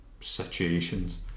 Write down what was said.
situations